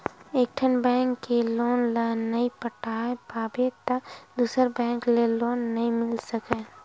एकठन बेंक के लोन ल नइ पटा पाबे त दूसर बेंक ले लोन नइ मिल सकय